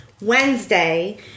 Wednesday